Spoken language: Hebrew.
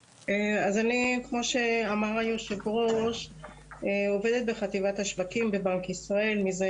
כמו שאמר היו"ר אני עובדת בחטיבת השווקים בבנק ישראל מזה